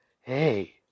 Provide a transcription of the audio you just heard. hey